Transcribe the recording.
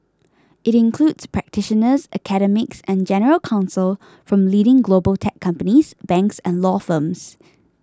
it includes practitioners academics and general counsel from leading global tech companies banks and law firms